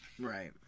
Right